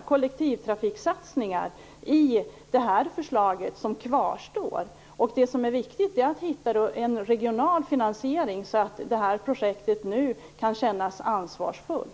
kollektivtrafiksatsningar i det förslag som kvarstår. Det som är viktigt är att hitta en regional finansiering så att projektet nu kan kännas ansvarsfullt.